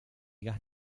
gas